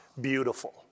beautiful